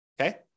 okay